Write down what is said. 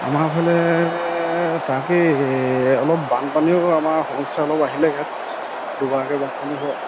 আমাৰফালে তাকে অলপ বানপানীও আমাৰ সমস্যা অলপ আহিলে ইয়াত দুবাৰকে বানপানী হয়